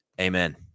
Amen